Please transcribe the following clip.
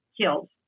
killed